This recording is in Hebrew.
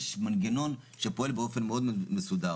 יש מנגנון שפועל באופן מסודר.